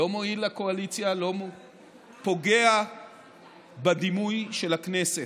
לא מועיל לקואליציה, פוגע בדימוי של הכנסת.